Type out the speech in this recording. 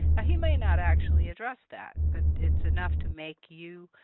ah he may not actually address that but it's enough to make you,